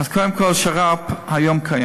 אז קודם כול שר"פ קיים היום.